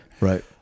Right